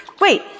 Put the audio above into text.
Wait